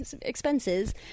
expenses